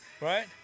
Right